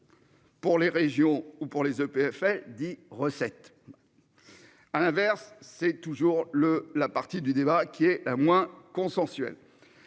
Pour les régions ou pour les EPF elle dit recettes. À l'inverse, c'est toujours le la partie du débat qui est à moins consensuel.